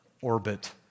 orbit